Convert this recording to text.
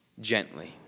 gently